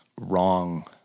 wrong